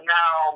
now